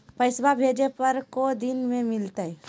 पैसवा भेजे पर को दिन मे मिलतय?